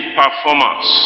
performance